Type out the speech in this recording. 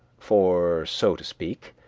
for, so to speak,